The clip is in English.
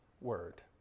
Word